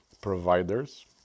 providers